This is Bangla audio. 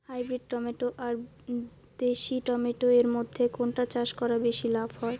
হাইব্রিড টমেটো আর দেশি টমেটো এর মইধ্যে কোনটা চাষ করা বেশি লাভ হয়?